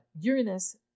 Uranus